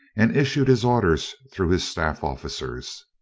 and issued his orders through his staff officers.